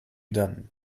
done